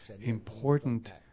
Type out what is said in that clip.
important